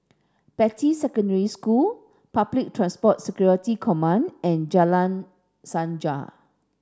Beatty Secondary School Public Transport Security Command and Jalan Sajak